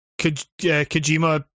Kojima